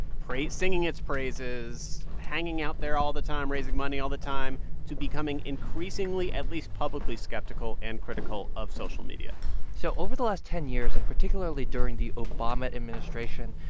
singing its praises, hanging out there all the time, raising money all the time to becoming increasingly, at least publicly, skeptical and critical of social media so over the last ten years and particularly during the obama administration,